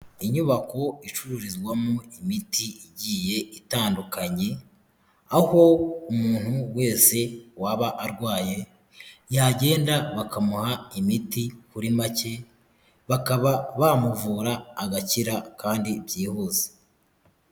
Inyubako icururizwamo imiti igiye itandukanye, aho umuntu wese waba arwaye, yagenda bakamuha imiti kuri make, bakaba bamuvura agakira kandi byihuse.